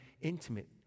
intimate